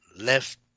left